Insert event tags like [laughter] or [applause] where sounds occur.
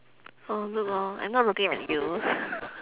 oh look lor I'm not looking at you [breath]